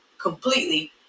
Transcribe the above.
completely